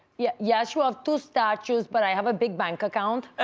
yeah yes, you have two statues but i have a big bank account ah